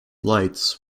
lights